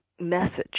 message